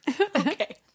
Okay